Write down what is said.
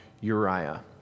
Uriah